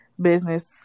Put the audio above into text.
business